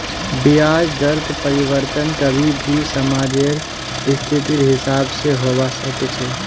ब्याज दरत परिवर्तन कभी भी समाजेर स्थितिर हिसाब से होबा सके छे